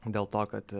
dėl to kad